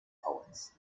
poets